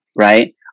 Right